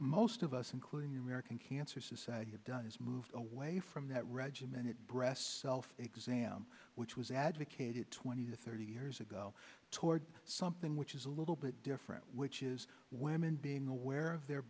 most of us including the american cancer society have done is move away from that regimen it breast self exams which was advocated twenty to thirty years ago toward something which is a little bit different which is women being aware of their